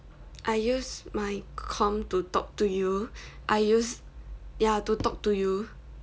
I use my com to talk to you I use ya to talk to you